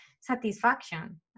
satisfaction